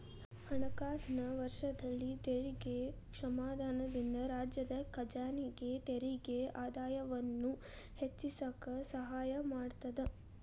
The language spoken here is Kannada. ಹಣಕಾಸಿನ ವರ್ಷದಲ್ಲಿ ತೆರಿಗೆ ಕ್ಷಮಾದಾನದಿಂದ ರಾಜ್ಯದ ಖಜಾನೆಗೆ ತೆರಿಗೆ ಆದಾಯವನ್ನ ಹೆಚ್ಚಿಸಕ ಸಹಾಯ ಮಾಡತದ